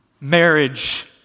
marriage